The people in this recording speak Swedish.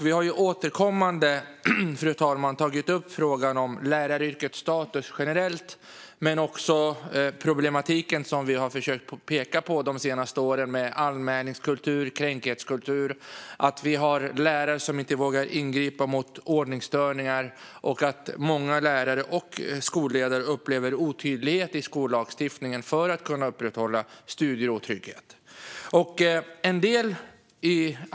Vi har återkommande tagit upp frågan om läraryrkets status generellt och också problematiken med anmälningskultur och kränkthetskultur, som vi har försökt peka på de senaste åren. Vi har lärare som inte vågar ingripa mot ordningsstörningar. Många lärare och skolledare upplever otydlighet i skollagstiftningen när det gäller hur de ska kunna upprätthålla studiero och trygghet.